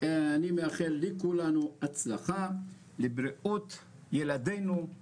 אני מאחל לכולנו הצלחה לבריאות ילדינו,